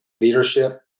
leadership